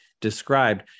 described